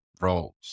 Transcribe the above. roles